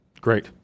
Great